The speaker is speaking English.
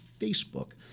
Facebook